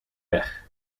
weg